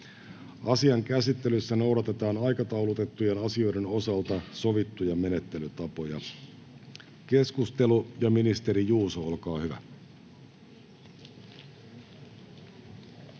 Asian käsittelyssä noudatetaan aikataulutettujen asioiden osalta sovittuja menettelytapoja. — Keskustelu, ja ministeri Juuso, olkaa hyvä.